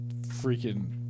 freaking